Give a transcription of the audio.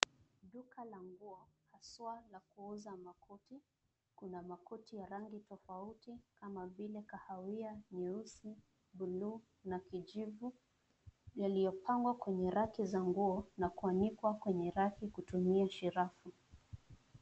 Duka la nguo haswa la kuuza makoti. Kuna makoti ya rangi tofauti kama vile kahawia, nyeusi, buluu na kijivu yaliyopangwa kwenye raki za nguo na kuanikwa kwenye raki kutumia shirafu.